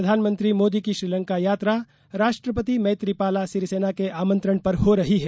प्रधानमंत्री मोदी की श्रीलंका यात्रा राष्ट्रपति मैत्रिपाला सिरिसेना के आमंत्रण पर हो रही है